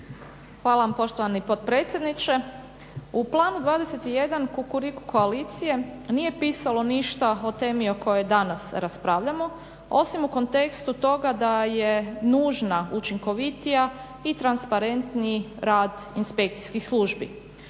Hvala vam poštovani potpredsjedniče. U Planu 21 Kukuriku koalicije nije pisalo ništa o temi o kojoj danas raspravljamo osim u kontekstu toga da je nužna učinkovitija i transparentniji rad inspekcijskih službi.